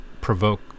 provoke